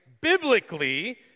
biblically